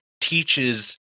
teaches